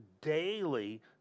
daily